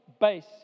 base